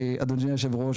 אדוני יושב הראש,